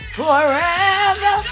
forever